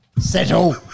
Settle